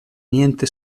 niente